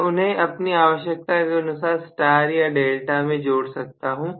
मैं उन्हें अपनी आवश्यकता के अनुसार स्टार या डेल्टा में जोड़ सकता हूं